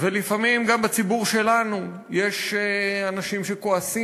ולפעמים גם בציבור שלנו יש אנשים שכועסים